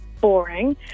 boring